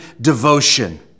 devotion